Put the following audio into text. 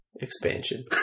expansion